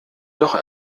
doch